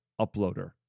uploader